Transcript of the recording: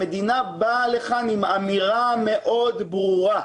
המדינה באה לכאן עם אמירה מאוד ברורה.